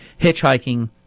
hitchhiking